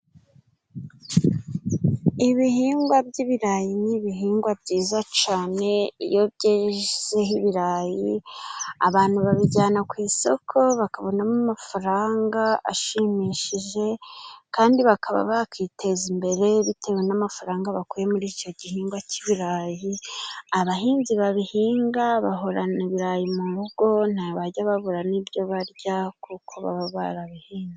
Ibihingwa by'ibirayi ni ibihingwa byiza cane iyo byezeho ibirayi, abantu babijyana ku isoko bakabonamo amafaranga ashimishije, kandi bakaba bakiteza imbere bitewe n'amafaranga bakuye muri icyo gihingwa cy'ibirayi, abahinzi babihinga bahorana ibirayi mu rugo nta bajya babura n'ibyo barya kuko baba barabihinze.